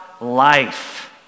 life